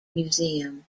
museum